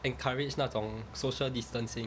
encourage 那种 social distancing